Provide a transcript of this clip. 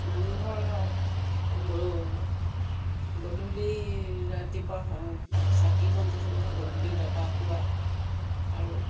নামঘৰৰ গ গধূলি ৰাতিপুৱা হওক চাকি বন্তি জ্বলোৱা হয় গধূলি দবা কোবায় আৰু